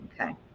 Okay